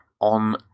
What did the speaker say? on